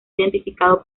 identificado